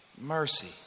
mercy